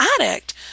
addict